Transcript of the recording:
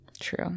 True